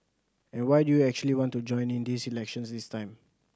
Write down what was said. and why do you actually want to join in this elections this time